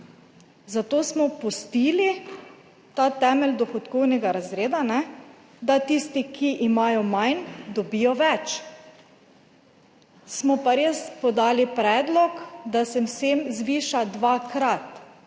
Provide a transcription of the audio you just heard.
zato smo pustili ta temelj dohodkovnega razreda, da tisti, ki imajo manj, dobijo več. Smo pa res podali predlog, da se vsem zviša dvakrat.